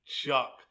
Chuck